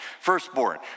firstborn